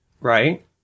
Right